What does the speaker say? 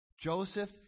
Joseph